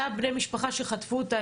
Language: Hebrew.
אותם בני משפחה שחטפו אותה,